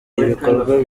ibikorwa